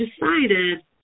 decided